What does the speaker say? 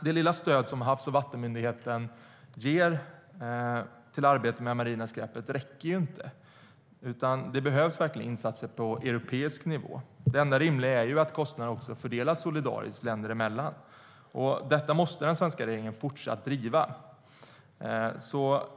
Det lilla stöd som Havs och vattenmyndigheten ger till arbetet med det marina skräpet räcker inte. Det behövs verkligen insatser på europeisk nivå. Det enda rimliga är också att kostnaderna fördelas solidariskt länder emellan. Detta måste den svenska regeringen fortsätta att driva.